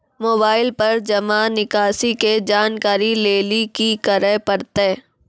Mobile पर जमा निकासी के जानकरी लेली की करे परतै?